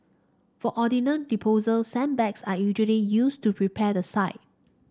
for ordnance disposal sandbags are usually used to prepare the site